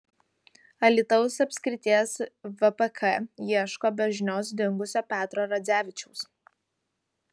alytaus apskrities vpk ieško be žinios dingusio petro radzevičiaus